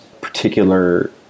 particular